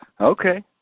Okay